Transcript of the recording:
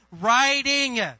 writing